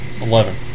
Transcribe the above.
eleven